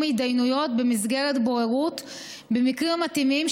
התדיינויות במסגרת בוררות במקרים המתאימים,